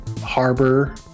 harbor